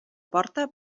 porta